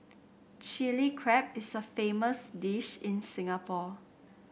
Chilli Crab is a famous dish in Singapore